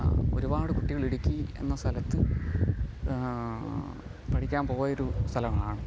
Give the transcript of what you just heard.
ഒരുപാട് കുട്ടികൾ ഇടുക്കി എന്ന സ്ഥലത്ത് പഠിക്കാൻ പോയ ഒരു സലമാണ്